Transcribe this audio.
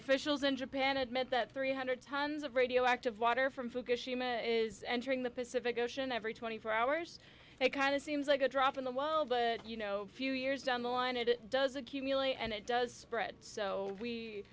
officials in japan admit that three hundred tons of radioactive water from fukushima is entering the pacific ocean every twenty four hours it kind of seems like a drop in the well but you know few years down the line it does accumulate and it does so we so w